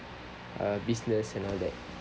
uh business and all that